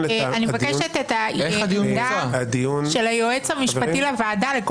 איך הדיון המוצה?